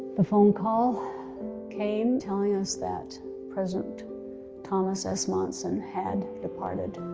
the phone call came telling us that president thomas s. monson had departed.